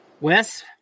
Wes